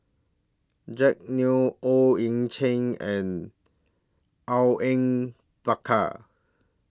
Jack Neo Owyang Chi and Awang Bakar